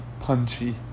punchy